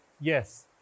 Yes